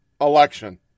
election